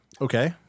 Okay